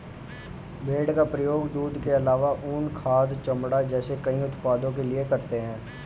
भेड़ का प्रयोग दूध के आलावा ऊन, खाद, चमड़ा जैसे कई उत्पादों के लिए करते है